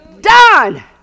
done